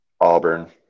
Auburn